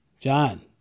John